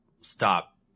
stop